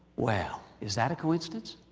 well, is that a coincidence?